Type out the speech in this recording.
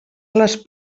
les